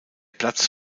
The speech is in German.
platz